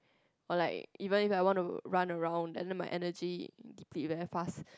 all like even if I want to run around then my energy deep it very fast